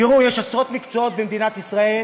תראו, יש עשרות מקצועות במדינת ישראל